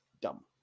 dumb